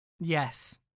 Yes